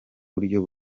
buryo